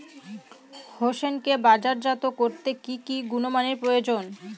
হোসেনকে বাজারজাত করতে কি কি গুণমানের প্রয়োজন?